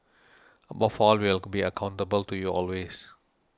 above all we will be accountable to you always